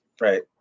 Right